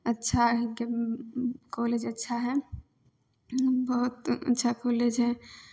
अच्छा हइके कॉलेज अच्छा हइ बहुत अच्छा कॉलेज अच्छा हइ